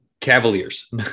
Cavaliers